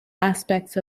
aspects